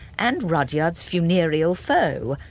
and rudyard's funereal foe,